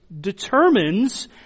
determines